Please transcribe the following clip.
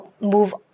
move